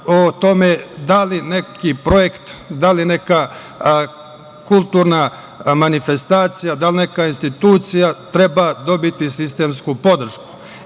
o tome da li neki projekat, da li neka kulturna manifestacija, da li neka institucija treba dobiti sistemsku podršku. Mislim